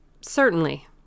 Certainly